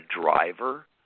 driver